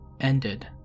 ended